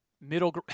middle